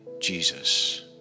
Jesus